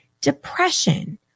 depression